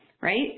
right